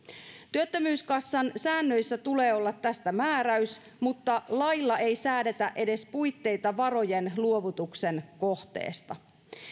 työttömyyskassan säännöissä tulee olla tästä määräys mutta lailla ei säädetä edes puitteita varojen luovutuksen kohteesta